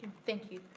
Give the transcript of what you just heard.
thank you.